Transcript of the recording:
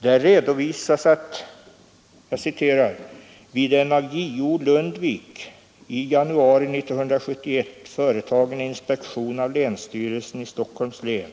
Där sägs: ”Vid en av JO Lundvik i januari 1971 företagen inspektion av länsstyrelsen i Stockholms län